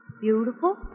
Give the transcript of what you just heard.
beautiful